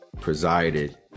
presided